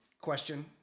question